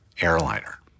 airliner